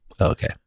Okay